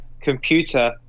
computer